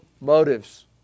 motives